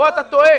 אתה טועה.